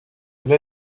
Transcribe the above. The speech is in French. elle